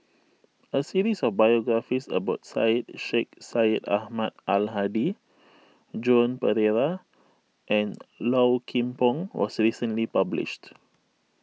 a series of biographies about Syed Sheikh Syed Ahmad Al Hadi Joan Pereira and Low Kim Pong was recently published